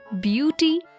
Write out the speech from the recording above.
Beauty